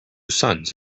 sons